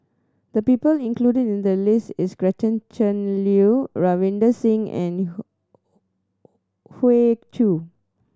the people included in the list is Gretchen Liu Ravinder Singh and Hoey Choo